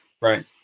right